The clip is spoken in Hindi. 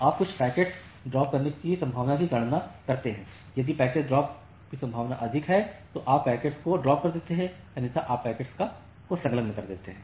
आप कुछ पैकेट्स ड्रापने की संभावना की गणना करते हैं यदि पैकेट्स ड्रॉप की संभावना अधिक है तो आप पैकेट्स को ड्राप करते हैं अन्यथा आप पैकेट्स को संलग्न करते हैं